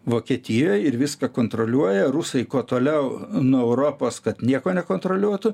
vokietijoj ir viską kontroliuoja rusai kuo toliau nuo europos kad nieko nekontroliuotų